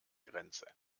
grenze